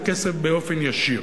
וכסף באופן ישיר.